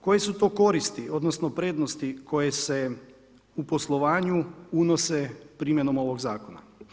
Koje su to koristi, odnosno prednosti koje se u poslovanju unose primjenom ovog zakona?